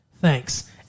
thanks